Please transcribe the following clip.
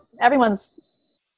everyone's